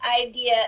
idea